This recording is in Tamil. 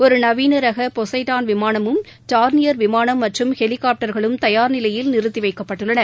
ஒரு நவீன ரக பொசைடான் விமானமும் டார்நியர் விமானம் மற்றும் ஹெலிகாப்டர்களும் தயார் நிலையில் நிறுத்தி வைக்கப்பட்டுளளன